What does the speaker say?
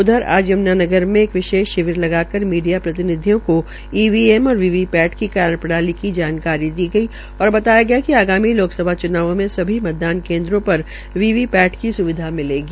उधर आज यम्नानगर में एक विशेष शिविर लगाकर मीडिया प्रतिनिधियों को ईवीएम और वी वी पैट की कार्यप्रणाली की जानकारी दी गई और बताया कि आगामी लोकसभा चुनावों में सभी मतदान केन्द्रों पर वी वी पैट की स्विधा मिलेगी